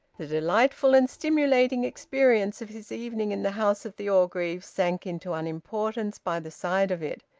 the delightful and stimulating experience of his evening in the house of the orgreaves sank into unimportance by the side of it.